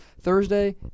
Thursday